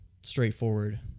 straightforward